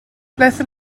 wnaethon